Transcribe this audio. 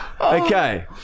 Okay